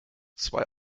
zwei